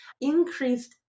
increased